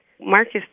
Marcus